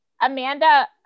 Amanda